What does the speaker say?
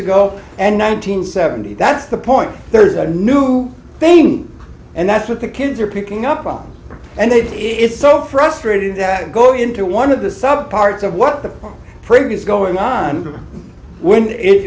ago and nine hundred seventy that's the point there's a new thing and that's what the kids are picking up on and it is so frustrating that go into one of the sub parts of what the previous going on when it